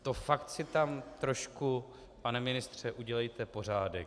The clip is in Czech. To si tam trošku, pane ministře, udělejte pořádek.